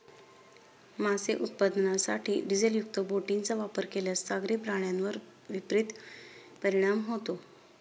मासे उत्पादनासाठी डिझेलयुक्त बोटींचा वापर केल्यास सागरी प्राण्यांवर विपरीत परिणाम होतो